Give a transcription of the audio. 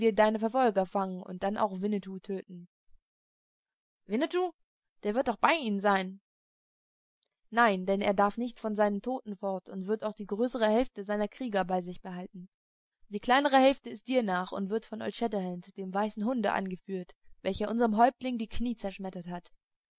deine verfolger fangen und dann auch winnetou töten winnetou der wird doch bei ihnen sein nein denn er darf nicht von seinen toten fort und wird auch die größere hälfte seiner krieger bei sich behalten die kleinere hälfte ist dir nach und wird von old shatterhand dem weißen hunde angeführt welcher unserm häuptlinge die knie zerschmettert hat